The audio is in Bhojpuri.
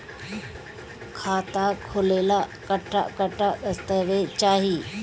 खाता खोले ला कट्ठा कट्ठा दस्तावेज चाहीं?